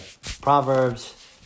Proverbs